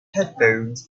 headphones